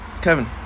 Kevin